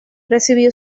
recibió